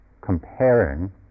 comparing